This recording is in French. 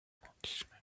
romantisme